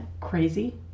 crazy